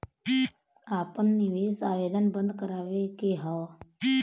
आपन निवेश आवेदन बन्द करावे के हौ?